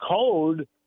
code